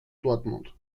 dortmund